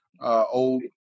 Old